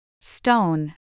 Stone